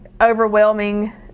overwhelming